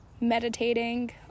meditating